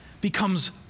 becomes